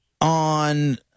on